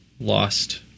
lost